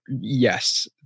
Yes